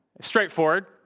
straightforward